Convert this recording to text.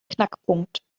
knackpunkt